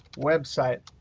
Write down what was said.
web site.